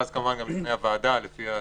ואז כמובן גם בפני הוועדה לפי הצורך.